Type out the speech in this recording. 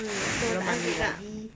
mm betul I juga